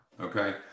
okay